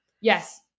Yes